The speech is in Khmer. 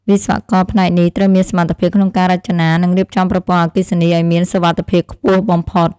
វិស្វករផ្នែកនេះត្រូវមានសមត្ថភាពក្នុងការរចនា និងរៀបចំប្រព័ន្ធអគ្គិសនីឱ្យមានសុវត្ថិភាពខ្ពស់បំផុត។